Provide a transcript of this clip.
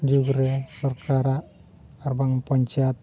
ᱡᱩᱜᱽ ᱨᱮ ᱥᱚᱨᱠᱟᱨᱟᱜ ᱟᱨᱵᱟᱝ ᱯᱚᱧᱪᱟᱭᱮᱛ